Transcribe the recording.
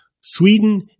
Sweden